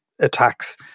attacks